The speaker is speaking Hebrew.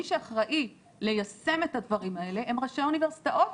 מי שאחראי ליישם את הדברים האלה הם ראשי האוניברסיטאות,